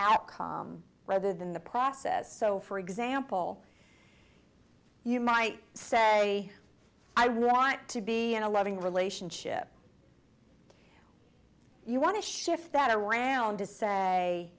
outcome rather than the process so for example you might say i want to be in a loving relationship you want to shift that around to say